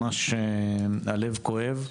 הלב ממש כואב.